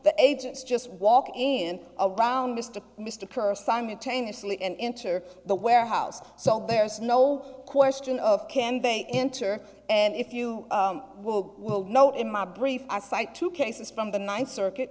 the agents just walk in around mr mr ker simultaneously and enter the warehouse so there's no question of can they enter and if you will know in my brief i cite two cases from the ninth circuit